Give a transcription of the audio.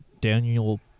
Daniel